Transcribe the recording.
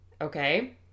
okay